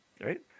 Right